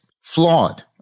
flawed